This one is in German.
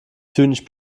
zynisch